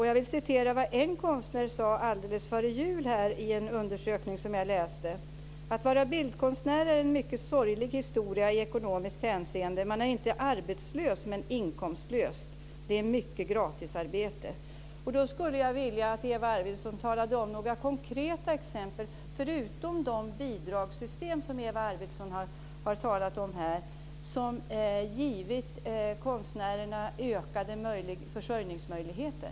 Jag vill berätta vad en konstnär sade alldeles före jul i en undersökning som jag läste: Att vara bildkonstnär är en mycket sorglig historia i ekonomiskt hänseende. Man är inte arbetslös men inkomstlös. Det är mycket gratisarbete. Jag skulle vilja att Eva Arvidsson gav några konkreta exempel, förutom de bidragssystem som hon har talat om, på hur bildkonstnärerna givits ökade försörjningsmöjligheter.